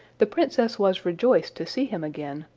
the princess was rejoiced to see him again,